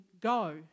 go